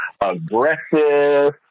aggressive